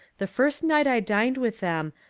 the first night i dined with them,